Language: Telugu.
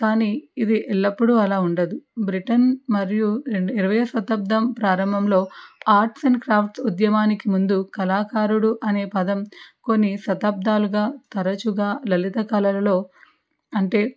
కానీ ఇది ఎల్లప్పుడూ అలా ఉండదు బ్రిటన్ మరియు ఇరవైయవ శతాబ్దం ప్రారంభంలో ఆర్ట్స్ అండ్ క్రాఫ్ట్ ఉద్యమానికి ముందు కళాకారుడు అనే పదం కొన్ని శతాబ్దాలుగా తరచుగా లలిత కళలలో అంటే